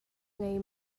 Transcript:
ngei